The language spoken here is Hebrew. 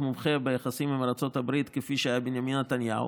מומחה ביחסים עם ארצות הברית כפי שהיה בנימין נתניהו,